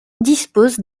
dispose